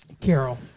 Carol